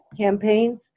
campaigns